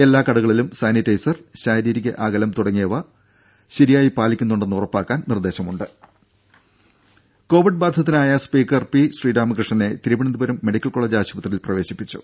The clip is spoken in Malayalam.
എല്ലാ കടകളിലും സാനിറ്റൈസർ ശാരീരിക അകലം തുടങ്ങിയ കൊവിഡ് പ്രോട്ടോകോൾ ശരിയായി പാലിക്കുന്നുവെന്ന് ഉറപ്പാക്കാനും നിർദേശമുണ്ട് ദേദ കോവിഡ് ബാധിതനായ സ്പീക്കർ പി ശ്രീരാമകൃഷ്ണനെ തിരുവനന്തപുരം മെഡിക്കൽ കോളെജ് ആശുപത്രിയിൽ പ്രവേശിപ്പിച്ചു